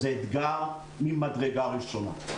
זה אתגר ממדרגה ראשונה.